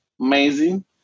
amazing